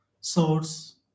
source